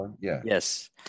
Yes